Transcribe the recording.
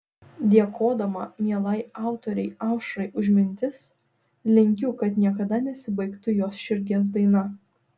dėkodama mielai autorei aušrai už mintis linkiu kad niekada nesibaigtų jos širdies daina